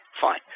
Fine